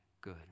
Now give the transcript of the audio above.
good